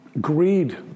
Greed